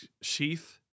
sheath